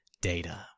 data